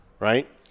Right